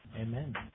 Amen